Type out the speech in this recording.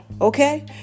Okay